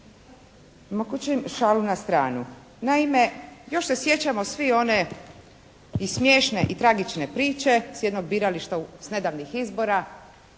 tko će, šalu na stranu. Naime još se sjećamo svi one i smiješne i tragične priče s jednog birališta s nedavnih izbora